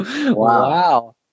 Wow